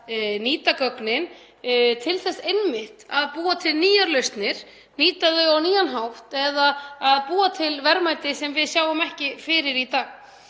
nýta gögnin til þess einmitt að búa til nýjar lausnir, nýta þau á nýjan hátt eða að búa til verðmæti sem við sjáum ekki fyrir í dag.